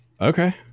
Okay